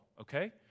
Okay